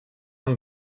amb